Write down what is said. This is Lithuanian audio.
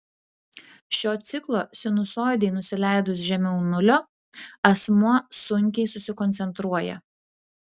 šio ciklo sinusoidei nusileidus žemiau nulio asmuo sunkiai susikoncentruoja